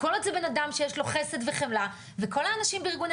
כל עוד זה בנאדם שיש לו חסד וחמלה וכל האנשים בארגוני